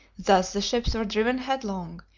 thus the ships were driven headlong,